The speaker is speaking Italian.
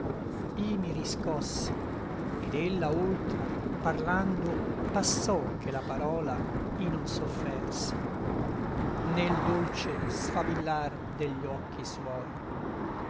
i mi riscossi et ella oltra parlando passò che la parola i non soffersi né l dolce sfavillar degli occhi suoi